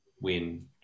win